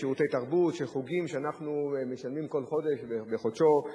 שירותי תרבות של חוגים שאנחנו משלמים עליהם כל חודש בחודשו,